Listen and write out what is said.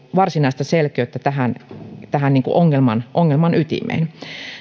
varsinaista selkeyttä tähän tähän ongelman ongelman ytimeen